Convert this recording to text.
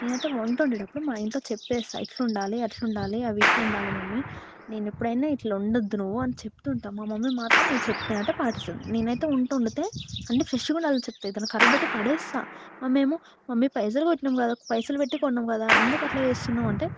నేనైతే వంట వండేటప్పుడు మా ఇంట్లో చెప్తా ఇట్ల ఉండాలి అట్ల ఉండాలి అవి ఇట్ల ఉండాలి మమ్మీ నేను ఎప్పుడైనా ఇట్ల ఉండద్దు నువ్వు అని చెప్తుంటాను మా మమ్మీ మాత్రం నేను చెప్పినట్టు పాటిస్తుంది నేనైతే వంట వండితే అన్నీ ఫ్రెష్గా ఉండాలని చెప్తా ఏదైనా ఖరాబ్ అయితే పడేస్తాను మేము మమ్మీ పైసలు పెట్టినాం కదా పైసలు పెట్టి కొన్నాం కదా ఎందుకట్లా చేస్తున్నావు అంటే